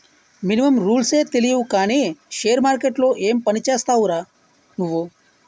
Minimum రూల్సే తెలియవు కానీ షేర్ మార్కెట్లో ఏం పనిచేస్తావురా నువ్వు?